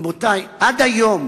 רבותי, עד היום